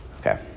okay